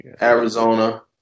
Arizona